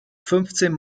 fünfzehn